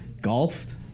golfed